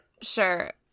Sure